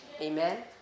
Amen